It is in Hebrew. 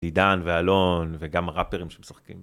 עידן ואלון, וגם הראפרים שמשחקים.